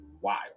wild